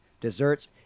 desserts